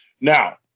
Now